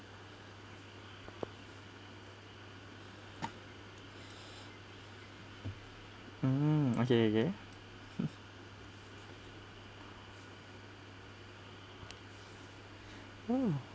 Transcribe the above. mm okay okay oh